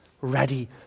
ready